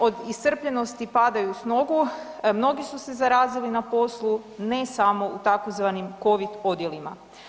Od iscrpljenosti padaju s nogu, mnogi su se zarazili na poslu, ne samo u tzv. Covid odjelima.